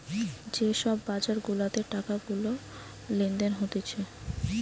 যে সব বাজার গুলাতে টাকা গুলা লেনদেন হতিছে